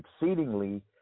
exceedingly